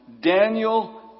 Daniel